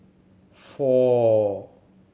four